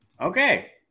okay